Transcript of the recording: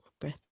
Breath